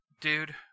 Dude